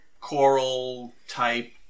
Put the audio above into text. coral-type